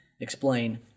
explain